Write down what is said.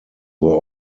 were